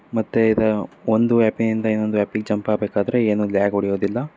ಮತ್ತೆ ಇದ ಒಂದು ಆ್ಯಪಿನಿಂದ ಇನ್ನೊಂದು ಆ್ಯಪಿಗೆ ಜಂಪ್ ಆಬೇಕಾದ್ರೆ ಏನು ಲ್ಯಾಗ್ ಹೊಡಿಯೋದಿಲ್ಲ